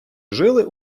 жили